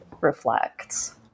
reflects